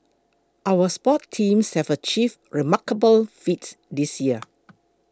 our sports teams have achieved remarkable feats this year